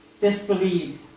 disbelieve